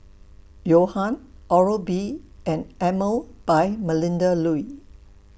Johan Oral B and Emel By Melinda Looi